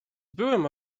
byłem